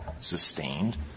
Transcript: sustained